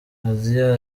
asia